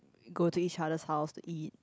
go to each other's house to eat